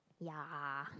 ya